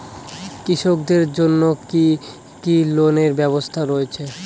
কৃষকদের জন্য কি কি লোনের ব্যবস্থা রয়েছে?